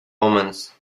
omens